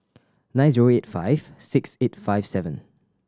nine zero eight five six eight five seven